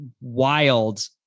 wild